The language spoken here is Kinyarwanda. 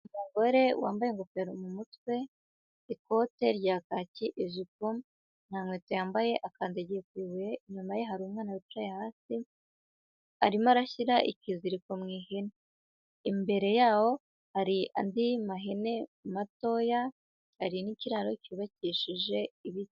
Umugore wambaye ingofero mu mutwe, ikote rya kaki ijipo, nta nkweto yambaye, akandagiye ku ibuye, inyuma ye hari umwana wicaye hasi, arimo arashyira ikiziriko mu ihene. Imbere yaho hari andi mahene matoya hari n'ikiraro cyubakishije ibiti.